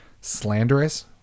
slanderous